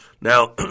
Now